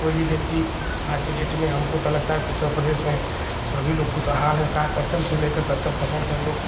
कोई भी व्यक्ति आज के डेट में हमको तो लगता है उत्तर प्रदेश में सभी लोग ख़ुशहाल हैं साठ परसेन्ट से लेकर सत्तर परसेन्ट तक लोग